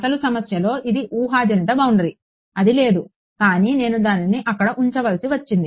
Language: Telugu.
అసలు సమస్యలో ఇది ఊహాజనిత బౌండరీ అది లేదు కానీ నేను దానిని అక్కడ ఉంచవలసి వచ్చింది